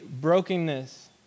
brokenness